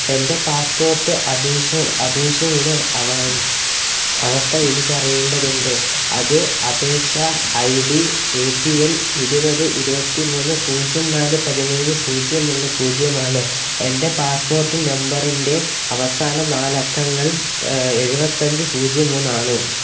എന്റെ പാസ്പ്പോട്ട് അപേഷ അപേഷയുടെ അവസ്ഥ എനിക്ക് അറിയേണ്ടതുണ്ട് അത് അപേക്ഷാ I D A P L ഇരുപത് ഇരുപത്തിമൂന്ന് പൂജ്യം നാല് പതിനേഴ് പൂജ്യം ഒന്ന് പൂജ്യം ആണ് എന്റെ പാസ്പ്പോട്ട് നമ്പറിന്റെ അവസാന നാല് അക്കങ്ങൾ എഴുപത്തഞ്ച് പൂജ്യം മൂന്ന് ആണ്